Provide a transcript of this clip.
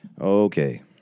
Okay